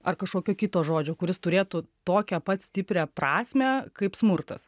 ar kažkokio kito žodžio kuris turėtų tokią pat stiprią prasmę kaip smurtas